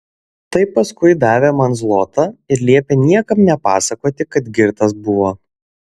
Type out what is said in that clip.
tai paskui davė man zlotą ir liepė niekam nepasakoti kad girtas buvo